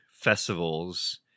festivals